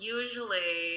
usually